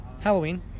Halloween